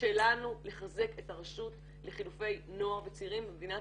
שלנו לחזק את הרשות לחילופי נוער וצעירים במדינת